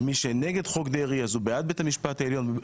ומי שנגד חוק דרעי הוא בעד בית המשפט העליון.